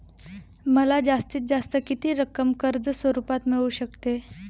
मला जास्तीत जास्त किती रक्कम कर्ज स्वरूपात मिळू शकते?